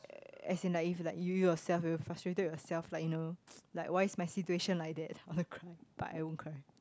as in like if like you yourself will you frustrated with yourself like you know like why is your situation like that so you want to cry but I won't cry